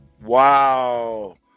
Wow